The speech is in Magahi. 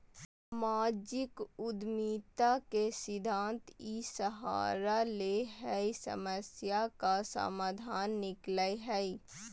सामाजिक उद्यमिता के सिद्धान्त इ सहारा ले हइ समस्या का समाधान निकलैय हइ